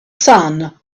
sun